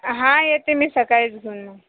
हा येते मी सकाळी घेऊन मग